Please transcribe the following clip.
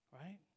Right